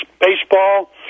baseball